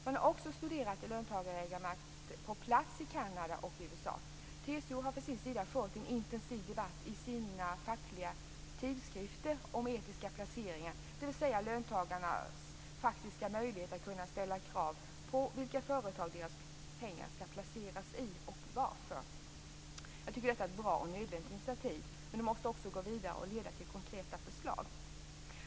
Man har också studerat löntagarägarmakt på plats i Kanada och USA. TCO har å sin sida fört en intensiv debatt i sina fackliga tidskrifter om etiska placeringar, dvs. löntagarnas faktiska möjligheter att kunna ställa krav på vilka företag deras pengar skall placeras i och varför. Jag tycker att detta är ett bra och nödvändigt initiativ. Men det måste gå vidare och leda till konkreta förslag.